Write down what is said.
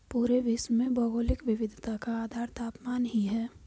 पूरे विश्व में भौगोलिक विविधता का आधार तापमान ही है